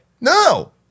No